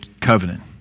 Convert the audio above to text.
covenant